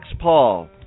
Paul